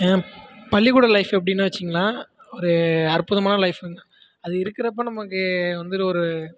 என் பள்ளிக்கூட லைஃப் எப்படின்னு வச்சுக்கோங்ளேன் ஒரு அற்புதமான லைஃப்புங்க அது இருக்கிறப்ப நமக்கு வந்துட்டு ஒரு